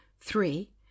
Three